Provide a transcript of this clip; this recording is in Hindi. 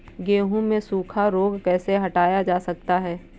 गेहूँ से सूखा रोग कैसे हटाया जा सकता है?